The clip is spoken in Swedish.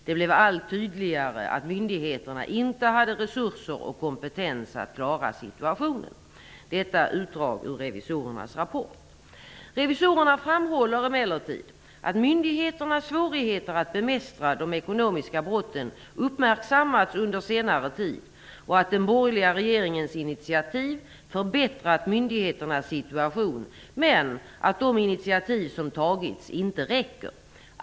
Det blev allt tydligare att myndigheterna inte hade resurser och kompetens att klara situationen." Detta var alltså ett utdrag ur revisorernas rapport. Revisorerna framhåller emellertid att myndigheternas svårigheter att bemästra de ekonomiska brotten uppmärksammats under senare tid och att den borgerliga regeringens initiativ förbättrat myndigheternas situation men att de initiativ som tagits inte räcker.